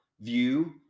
view